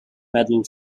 medal